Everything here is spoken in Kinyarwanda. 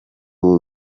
ubu